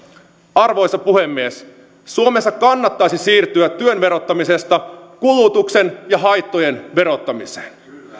arvoisa puhemies suomessa kannattaisi siirtyä työn verottamisesta kulutuksen ja haittojen verottamiseen